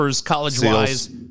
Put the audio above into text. college-wise